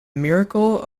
miracle